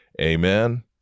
Amen